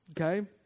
okay